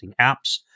apps